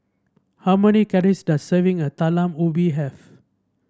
how many calories does serving a Talam Ubi have